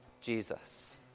Jesus